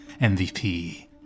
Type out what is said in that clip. MVP